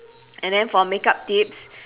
and then for makeup tips